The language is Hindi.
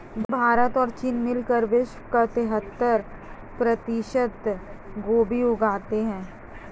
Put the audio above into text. भारत और चीन मिलकर विश्व का तिहत्तर प्रतिशत गोभी उगाते हैं